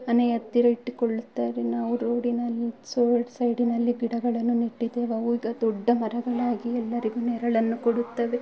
ಮನೆಯ ಹತ್ತಿರ ಇಟ್ಟುಕೊಳ್ಳುತ್ತಾರೆ ನಾವು ರೋಡಿನ ರೋಡ್ ಸೈಡಿನಲ್ಲಿ ಗಿಡಗಳನ್ನು ನೆಟ್ಟಿದ್ದೇವೆ ಅವು ಈಗ ದೊಡ್ಡ ಮರಗಳಾಗಿ ಎಲ್ಲರಿಗೂ ನೆರಳನ್ನು ಕೊಡುತ್ತವೆ